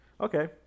Okay